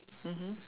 mmhmm